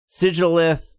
Sigilith